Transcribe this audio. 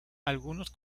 algunos